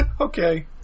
Okay